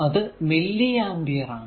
അത് milliampere ആണ്